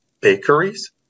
bakeries